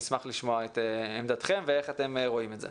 ולכן נשמח לשמוע את עמדתכם ואיך אתם רואים את זה.